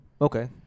Okay